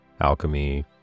alchemy